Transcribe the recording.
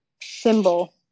symbol